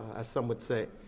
as some would say.